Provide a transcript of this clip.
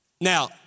Now